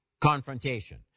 Confrontation